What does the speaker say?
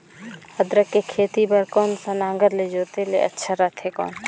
अदरक के खेती बार कोन सा नागर ले जोते ले अच्छा रथे कौन?